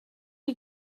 you